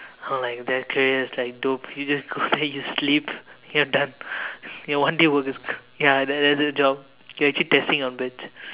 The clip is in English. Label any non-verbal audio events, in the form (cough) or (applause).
oh like that career is like dope you just go there (laughs) you sleep you're done your one day work is (laughs) ya that's your job you're actually testing your beds